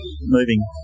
moving